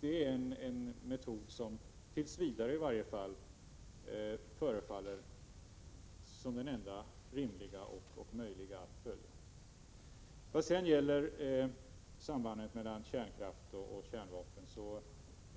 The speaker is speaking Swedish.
Det är en metod som, tills vidare, förefaller som den enda rimliga och möjliga att följa. I vad gäller redovisningen av sambandet mellan kärnkraft och kärnvapen